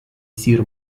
sir